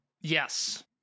Yes